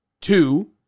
Two